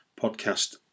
podcast